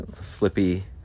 slippy